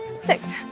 Six